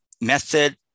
method